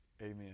Amen